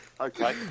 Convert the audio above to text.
Okay